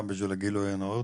בשביל הגילוי הנאות,